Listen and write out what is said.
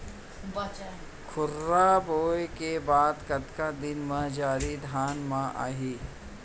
खुर्रा बोए के बाद कतका दिन म जरी धान म आही?